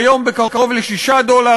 כיום בקרוב ל-6 דולר,